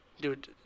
dude